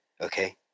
okay